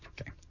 Okay